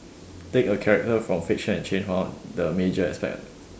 take a character from fiction and change one of the major aspect of it